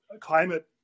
climate